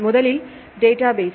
முதலில் டேட்டாபேஸ்